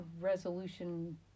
resolution